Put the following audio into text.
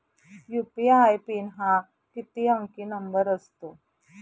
UPI PIN हा किती अंकी नंबर असतो?